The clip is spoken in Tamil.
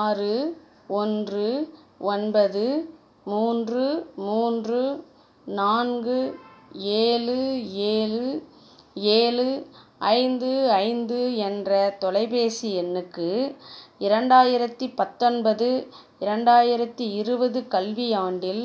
ஆறு ஒன்று ஒன்பது மூன்று மூன்று நான்கு ஏழு ஏழு ஏழு ஐந்து ஐந்து என்ற தொலைபேசி எண்ணுக்கு இரண்டாயிரத்தி பத்தொன்பது இரண்டாயிரத்தி இருபது கல்வியாண்டில்